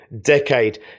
decade